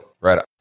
Right